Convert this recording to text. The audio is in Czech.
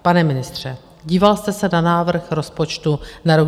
Pane ministře, díval jste se na návrh rozpočtu na rok 2024?